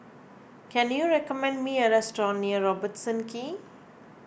can you recommend me a restaurant near Robertson Quay